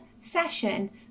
session